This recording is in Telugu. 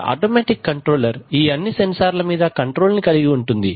ఒక ఆటోమేటిక్ కంట్రోలర్ ఈ అన్ని సెన్సార్ల మీద కంట్రోల్ ని కలిగి ఉంటుంది